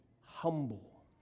humble